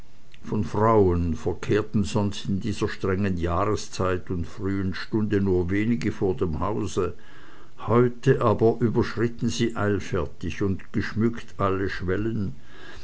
von frauen verkehrten sonst in dieser strengen jahreszeit und frühen stunde nur wenige vor dem hause heute aber überschritten sie eilfertig und geschmückt alle schwellen